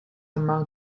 among